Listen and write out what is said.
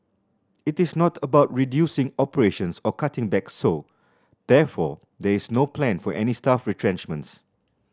it is not about reducing operations or cutting back so therefore there is no plan for any staff retrenchments